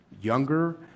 younger